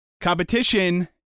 competition